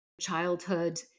childhood